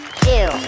two